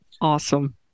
awesome